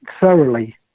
thoroughly